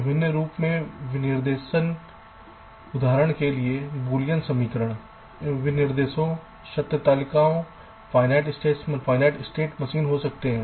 विभिन्न रूप में विनिर्देश उदाहरण के लिए बूलियन समीकरण विनिर्देशों सत्य तालिकाओं finite state machines हो सकते हैं